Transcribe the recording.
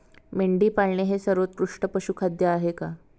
मेंढी पाळणे हे सर्वोत्कृष्ट पशुखाद्य आहे का?